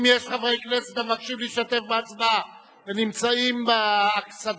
אם יש חברי כנסת המבקשים להשתתף בהצבעה ונמצאים באכסדרה,